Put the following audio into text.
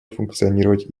функционировать